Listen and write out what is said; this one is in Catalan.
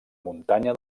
muntanya